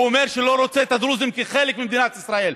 שהוא לא רוצה את הדרוזים כחלק ממדינת ישראל.